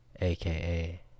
aka